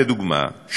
לדוגמה,